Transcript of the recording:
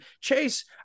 chase